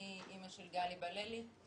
אמא של גלי בללי,